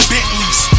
Bentleys